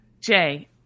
jay